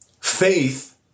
faith